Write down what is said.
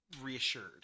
reassured